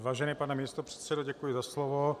Vážený pane místopředsedo, děkuji za slovo.